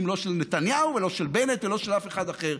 לא של נתניהו ולא של בנט ולא של אף אחד אחר,